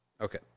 Okay